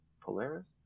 Polaris